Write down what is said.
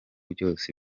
byose